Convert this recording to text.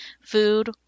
food